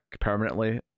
permanently